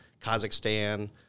Kazakhstan